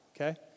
Okay